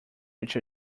which